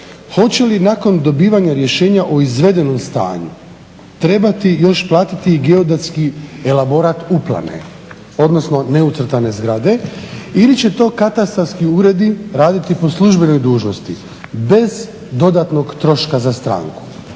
hoće li nakon dobivanja rješenja o izvedenom stanju trebati još platiti i geodetski elaborat uplane, odnosno neucrtane zgrade ili će to katastarski uredi raditi po službenoj dužnosti bez dodatnog troška za stranku?